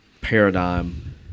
paradigm